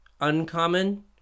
uncommon